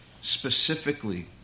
specifically